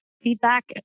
feedback